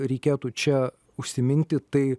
reikėtų čia užsiminti tai